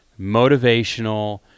motivational